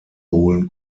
holen